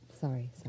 Sorry